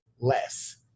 less